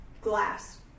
glass